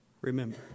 Remember